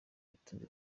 batunze